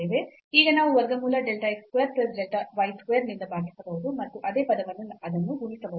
ಈಗ ನಾವು ವರ್ಗಮೂಲ delta x square plus delta y square ನಿಂದ ಭಾಗಿಸಬಹುದು ಮತ್ತು ಅದೇ ಪದದಿಂದ ಅದನ್ನು ಗುಣಿಸಬಹುದು